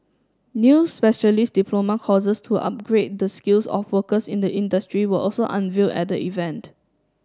new specialist diploma courses to upgrade the skills of workers in the industry were also unveil at the event